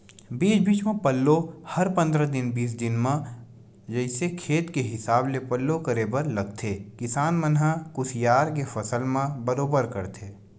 बीच बीच म पल्लो हर पंद्रह दिन बीस दिन म जइसे खेत के हिसाब ले पल्लो करे बर लगथे किसान मन ह कुसियार के फसल म बरोबर करथे